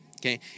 okay